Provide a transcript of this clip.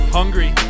Hungry